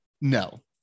No